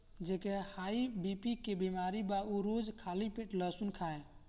जेके high BP के बेमारी बा उ रोज खाली पेटे लहसुन खाए